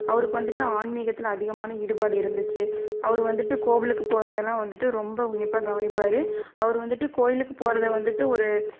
அவருக்கு வந்துட்டு ஆன்மிகத்தில் அதிகமான ஈடுபாடு இருந்துச்சு அவர் வந்துட்டு கோவிலுக்கு போகிறதுலாம் வந்துட்டு ரொம்ப உன்னிப்பாக கவனிப்பார் அவர் வந்துட்டு கோவிலுக்கு போகிறத வந்துட்டு ஒரு